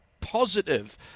positive